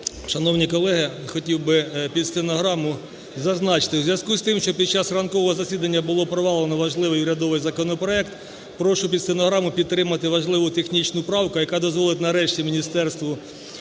Шановні колеги! Хотів би під стенограму зазначити. В зв'язку з тим, що під час ранкового засідання було провалено важливий урядовий законопроект, прошу під стенограму підтримати важливу технічну правку, яка дозволить нарешті Міністерству аграрної